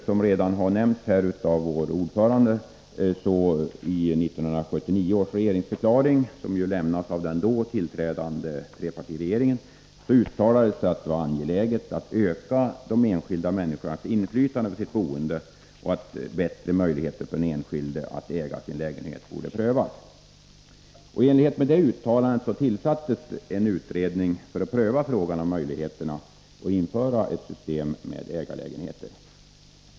Som redan har nämnts av utskottets ordförande, uttalades i 1979 års regeringsförklaring, som lämnades av den då tillträdande trepartiregeringen, att det var angeläget att öka de enskilda människornas inflytande på sitt boende och att bättre möjligheter för den enskilde att äga sin lägenhet borde prövas. I enlighet med detta uttalande tillsattes en utredning för att pröva frågan om möjligheterna att införa ett system med ägarlägenheter.